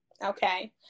Okay